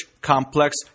complex